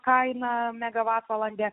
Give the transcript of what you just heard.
kaina megavatvalandė